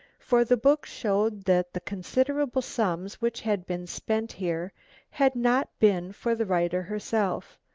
for the book showed that the considerable sums which had been spent here had not been for the writer herself.